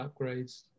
upgrades